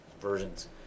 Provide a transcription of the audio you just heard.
versions